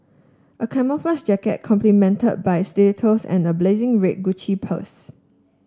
a camouflage jacket complemented by stilettos and a blazing red Gucci purse